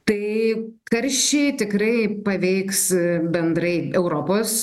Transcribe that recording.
tai karščiai tikrai paveiks bendrai europos